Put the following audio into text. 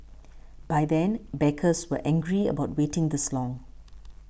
by then backers were angry about waiting this long